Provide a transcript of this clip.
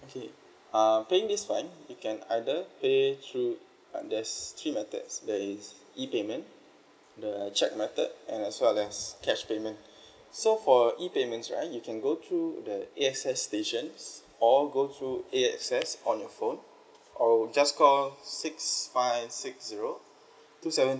okay uh paying this fine you can either pay through uh there's three methods there is E payment the cheque method and as well as cash payment so for E payments right you can go through the A_X_S stations or go through A_X_S on your phone or just call six five six zero two seven